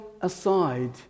aside